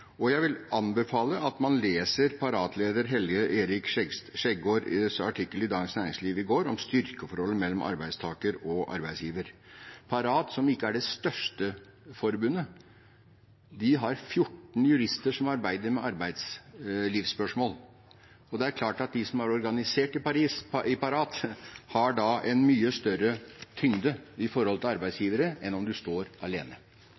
Jeg vil anbefale at man leser Parat-leder Hans-Erik Skjæggeruds artikkel i Dagens Næringsliv i går, om styrkeforholdet mellom arbeidstaker og arbeidsgiver. Parat, som ikke er det største forbundet, har 14 jurister som arbeider med arbeidslivsspørsmål. Og det er klart at de som er organisert i Parat, har en mye større tyngde overfor arbeidsgivere enn de som står alene.